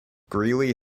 greeley